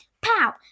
Pow